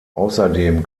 außerdem